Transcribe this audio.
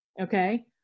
okay